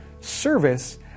service